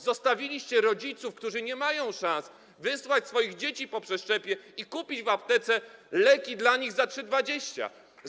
Zostawiliście rodziców, którzy nie mają szansy wysłać swoich dzieci po przeszczepie i kupić w aptece leki dla nich za 3,20 zł.